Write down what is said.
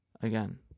again